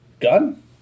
gun